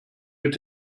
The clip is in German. mit